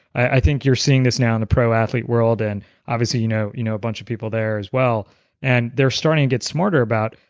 i think you're seeing this now in the pro athlete world and obviously, you know you know a bunch of people there as well and they're starting to get smarter about,